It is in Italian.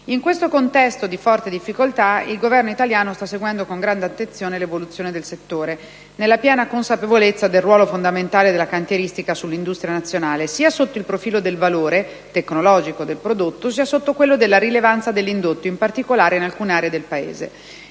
In questo contesto di forte difficoltà, il Governo italiano sta seguendo con grande attenzione l'evoluzione del settore, nella piena consapevolezza del ruolo fondamentale della cantieristica sull'industria nazionale, sia sotto il profilo del valore tecnologico del prodotto, sia sotto quello della rilevanza dell'indotto, in particolare in alcune aree del Paese.